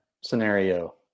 scenario